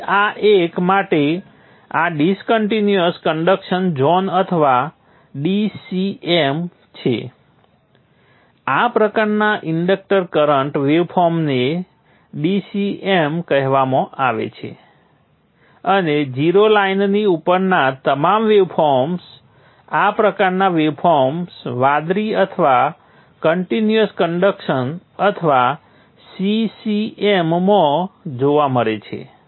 તેથી આ એક માટે આ ડિસ્કન્ટિન્યૂઅસ કન્ડક્શન ઝોન અથવા DCM છે આ પ્રકારના ઇન્ડક્ટર કરન્ટ વેવફોર્મને DCM કહેવામાં આવે છે અને 0 લાઇનની ઉપરના તમામ વેવફોર્મ્સ આ પ્રકારના વેવફોર્મ્સ વાદળી અથવા કન્ટિન્યૂઅસ કન્ડક્શન અથવા CCM માં જોવા મળે છે